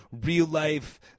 real-life